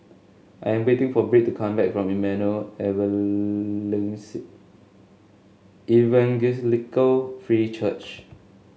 I am waiting for Britt to come back from Emmanuel Evangelical Free Church